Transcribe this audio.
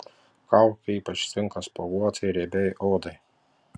kaukė ypač tinka spuoguotai riebiai odai